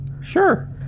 Sure